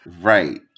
Right